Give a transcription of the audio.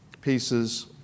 pieces